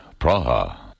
Praha